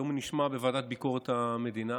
היום הוא נשמע בוועדה לענייני ביקורת המדינה.